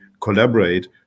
collaborate